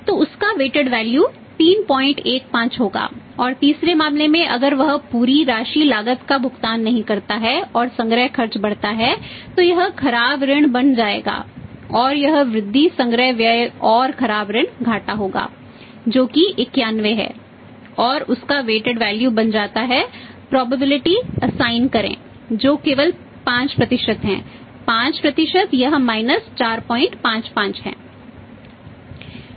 तो उस का वेटेड वैल्यू 455 है